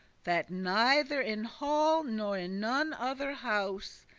that neither in hall, nor in none other house,